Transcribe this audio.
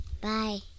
Bye